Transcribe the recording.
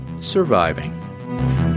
surviving